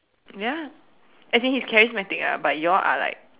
ya as in he's charismatic ah but you all are like